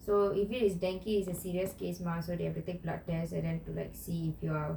so if it is dengue is a serious case mah so they have to take blood test and then see if you are